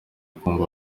kumva